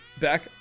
back